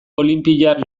olinpiar